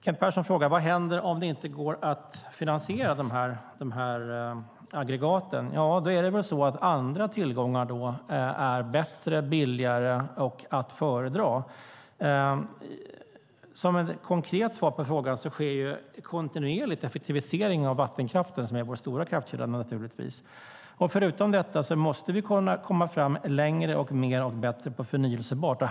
Kent Persson frågar vad som händer om det inte går att finansiera aggregaten. Ja, då är väl andra tillgångar bättre, billigare och att föredra. Som ett konkret svar på frågan kan jag säga att det kontinuerligt sker en effektivisering av vattenkraften, som ju är vår stora kraftkälla. Förutom det måste vi komma längre med att få mer och bättre förnybart.